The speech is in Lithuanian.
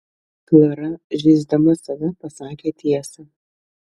klara žeisdama save pasakė tiesą